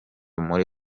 muri